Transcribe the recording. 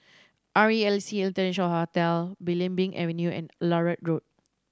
R E L C International Hotel Belimbing Avenue and Larut Road